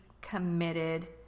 committed